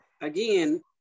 again